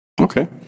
Okay